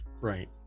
Right